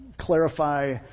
clarify